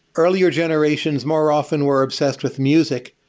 earlier generations, more often, were obsessed with music,